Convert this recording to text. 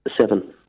Seven